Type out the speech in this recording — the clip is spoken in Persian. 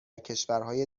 کشورهای